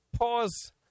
pause